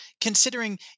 considering